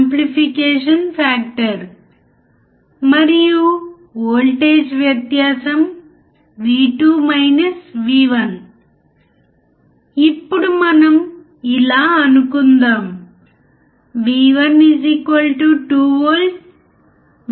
input మరియు output voltage పరిధిని అర్థం చేసుకోవడానికి నాన్ ఇన్వర్టింగ్ యాంప్లిఫైయర్ను అర్థం చేసుకోవడానికి మనము ఉపయోగించిన అదే సర్క్యూట్ను ఉపయోగిస్తాము